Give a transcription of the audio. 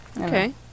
Okay